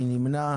מי נמנע?